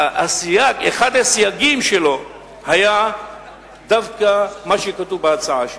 אחד הסייגים שלו היה דווקא מה שכתוב בהצעה שלי.